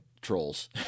trolls